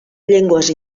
llengües